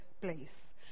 place